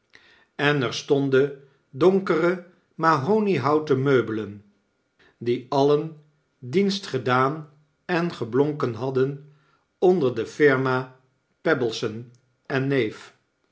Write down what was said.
en er stonden donkere mahoniehouten meubelen die alien dienst gedaan en geblonken hadden onder de firma pebbleson en neef